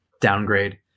downgrade